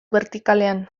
bertikalean